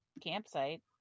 campsite